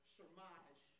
surmise